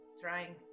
trying